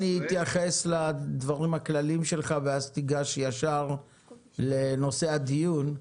אז בוא אני אתייחס לדברים הכלליים שלך ואז תיגש ישר לנושא הדיון.